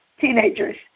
teenagers